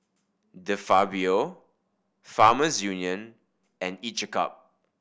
De Fabio Farmers Union and Each a Cup